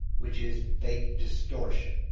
which is bake distortion.